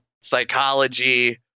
psychology